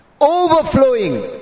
overflowing